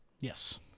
Yes